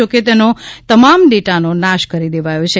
જોકે તેનો તમામ ડેટાનો નાશ કેરી દેવાયેલો છે